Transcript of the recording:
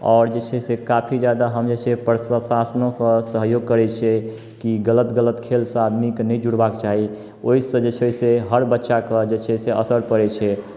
आओर जे छै से काफी जादा हम जे छै प्रशासनोके सहयोग करै छियै कि गलत गलत खेलसँ आदमीकेँ नहि जुड़बाक चाही ओहिसँ जे छै से हर बच्चाकेँ जे छै से असर पड़ै छै